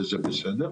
וזה בסדר.